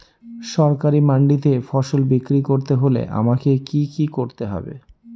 সরকারি মান্ডিতে ফসল বিক্রি করতে হলে আমাকে কি কি করতে হবে?